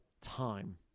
time